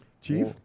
Chief